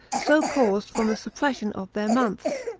so caused from the suppression of their months.